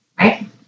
right